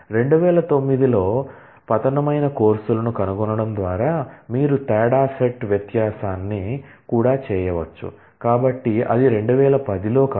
2009 fall లో కోర్సులను కనుగొనడం ద్వారా మీరు తేడా సెట్ వ్యత్యాసాన్ని కూడా చేయవచ్చు కాబట్టి అది 2010 లో కాదు